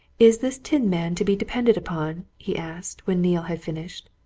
is this tin-man to be depended upon? he asked, when neale had finished.